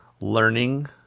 learning